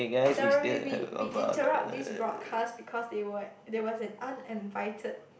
sorry we we interrupt this broadcast because they were there was an uninvited